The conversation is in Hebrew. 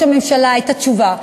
כאן ומסבירה בשם ראש הממשלה את התשובה.